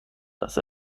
das